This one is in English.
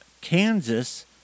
Kansas